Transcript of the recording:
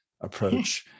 approach